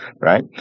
Right